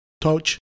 touch